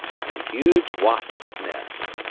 and a huge wasp's nest.